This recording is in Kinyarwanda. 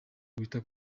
wita